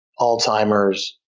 Alzheimer's